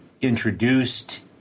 introduced